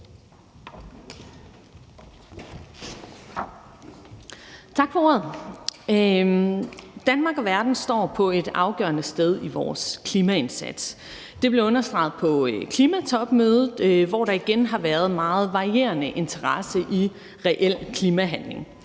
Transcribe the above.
Tak for ordet. Danmark og verden står et afgørende sted i vores klimaindsats. Det blev understreget på klimatopmødet, hvor der igen har været meget varierende interesse for reel klimahandling.